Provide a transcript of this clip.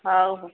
ହଉ ହଉ